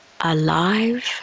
Alive